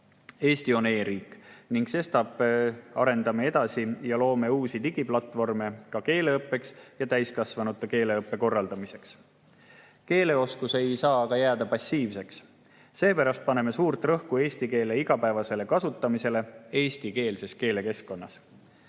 Eesti on e‑riik ning sestap arendame edasi ja loome juurde uusi digiplatvorme ka keeleõppeks ja täiskasvanute keeleõppe korraldamiseks. Keeleoskus ei saa aga jääda passiivseks, seepärast paneme suurt rõhku eesti keele igapäevasele kasutamisele eestikeelses keelekeskkonnas. Keel